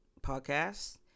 podcast